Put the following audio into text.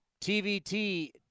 TVT